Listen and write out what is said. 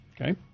Okay